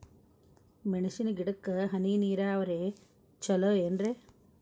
ಮೆಣಸಿನ ಗಿಡಕ್ಕ ಹನಿ ನೇರಾವರಿ ಛಲೋ ಏನ್ರಿ?